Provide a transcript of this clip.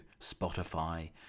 Spotify